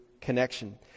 connection